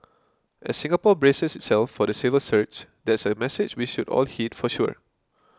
as Singapore braces itself for the silver surge that's a message we should all heed for sure